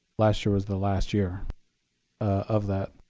last year was the last year of that.